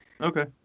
Okay